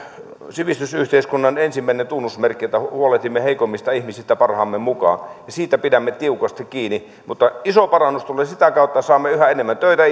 sivistysyhteiskunnan ensimmäinen tunnusmerkki että huolehdimme heikoimmista ihmisistä parhaamme mukaan ja siitä pidämme tiukasti kiinni mutta iso parannus tulee sitä kautta että saamme yhä enemmän töitä